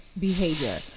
behavior